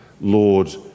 Lord